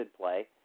play